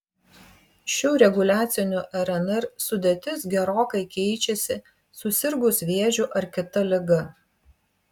šių reguliacinių rnr sudėtis gerokai keičiasi susirgus vėžiu ar kita liga